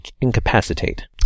incapacitate